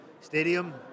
stadium